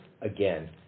again